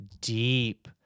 deep